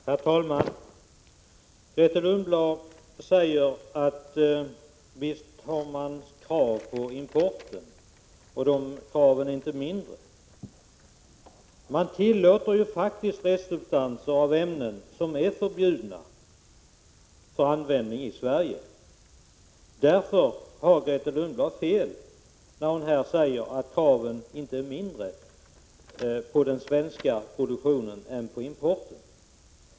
Herr talman! Grethe Lundblad hävdar att det ställs krav på importen och att de kraven inte är lägre än kraven på den inhemska produktionen. Men för importen tillåter man ju faktiskt restsubstanser av ämnen som är förbjudna för användning i Sverige. Därför har Grethe Lundblad fel när hon säger att kraven inte är lägre på importen än de är på de inhemska produkterna.